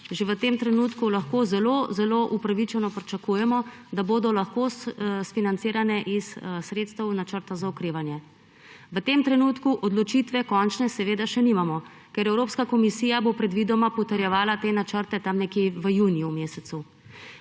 že v tem trenutku lahko zelo zelo upravičeno pričakujemo, da bodo lahko sfinancirane iz sredstev načrta za okrevanje. V tem trenutku končne odločitve še nimamo, ker bo Evropska komisija predvidoma potrjevala te načrte tam nekje v mesecu